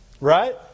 Right